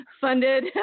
funded